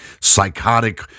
psychotic